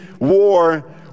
war